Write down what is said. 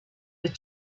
with